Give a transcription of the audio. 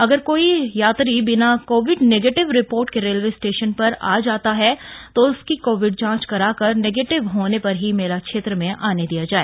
अगर कोई यात्री बिना कोविड नेगेटिव रिपोर्ट के रेलवे स्टेशन पर आ जाता है तो उसकी कोविड जांच कराकर नेगेटिव होने पर ही मेला क्षेत्र में आने दिया जाए